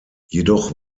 jedoch